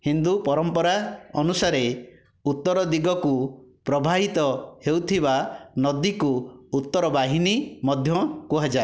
ହିନ୍ଦୁ ପରମ୍ପରା ଅନୁସାରେ ଉତ୍ତର ଦିଗକୁ ପ୍ରବାହିତ ହେଉଥିବା ନଦୀକୁ ଉତ୍ତରବାହିନୀ ମଧ୍ୟ କୁହାଯାଏ